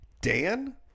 Dan